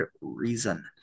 Reason